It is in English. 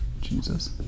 Jesus